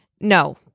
no